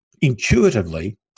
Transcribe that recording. Intuitively